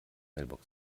mailbox